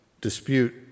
dispute